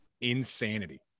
Insanity